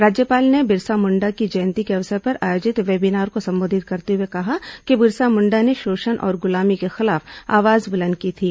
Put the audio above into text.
राज्यपाल ने बिरसा मुंडा की जयंती के अवसर पर आयोजित वेबीनार को संबोधित करते हुए कहा कि बिरसा मुंडा ने शोषण और गुलामी के खिलाफ आवाज ब्रेलंद की थी